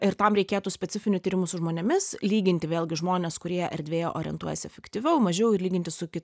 ir tam reikėtų specifinių tyrimų su žmonėmis lyginti vėlgi žmones kurie erdvėje orientuojasi efektyviau mažiau ir lyginti su ki